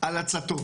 על הצתות.